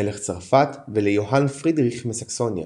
מלך צרפת וליוהאן פרידריך מסקסוניה